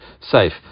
safe